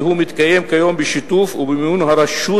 והוא מתקיים היום בשיתוף ובמימון של הרשות